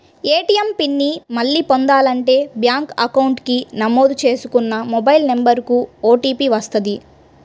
ATM PIN ని మళ్ళీ పొందాలంటే బ్యేంకు అకౌంట్ కి నమోదు చేసుకున్న మొబైల్ నెంబర్ కు ఓటీపీ వస్తది